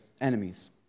enemies